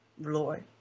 Lord